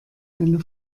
eine